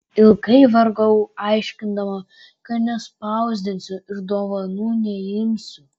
ilgai vargau aiškindama kad nespausdinsiu ir dovanų neimsiu